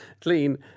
clean